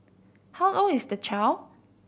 how old is the child